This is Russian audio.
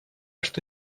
что